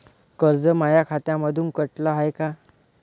कर्ज माया खात्यामंधून कटलं हाय का?